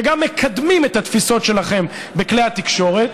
וגם מקדמים את התפיסות שלכם בכלי התקשורת,